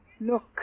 Look